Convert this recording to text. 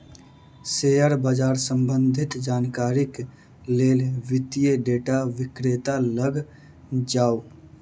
share बाजार सम्बंधित जानकारीक लेल वित्तीय डेटा विक्रेता लग जाऊ